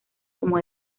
como